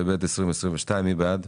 התשפ"ב-2022 מי בעד,